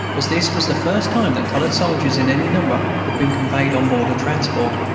as this was the first time that colored soldiers in any number had been conveyed on board a transport,